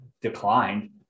declined